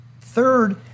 Third